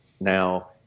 Now